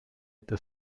des